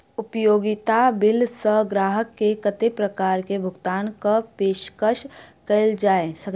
उपयोगिता बिल सऽ ग्राहक केँ कत्ते प्रकार केँ भुगतान कऽ पेशकश कैल जाय छै?